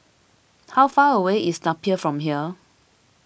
how far away is Napier from here